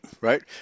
right